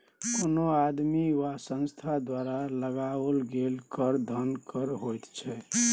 कोनो आदमी वा संस्था द्वारा लगाओल गेल कर धन कर होइत छै